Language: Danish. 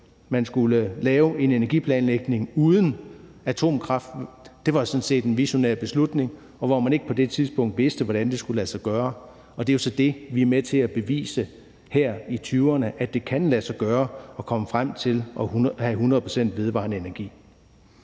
man skulle lave en energiplanlægning uden atomkraft, sådan set var visionært. Man vidste på det tidspunkt ikke, hvordan det skulle lade sig gøre, og det er så det, vi er med til at bevise her i 2020’erne, altså at det kan lade sig gøre at komme frem til at have 100 pct. vedvarende energi.